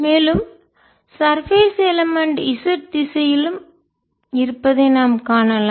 மேலும் சர்பேஸ் மேற்பரப்பு element z திசையிலும் இருப்பதை நாம் காணலாம்